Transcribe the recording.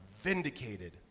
vindicated